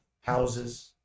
houses